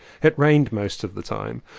it rained most of the time,